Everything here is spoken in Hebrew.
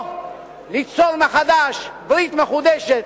או ליצור מחדש ברית מחודשת